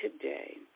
today